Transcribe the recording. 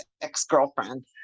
ex-girlfriend